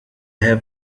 have